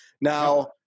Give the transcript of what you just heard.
Now